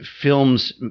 films